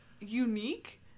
unique